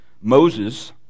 Moses